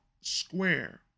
Square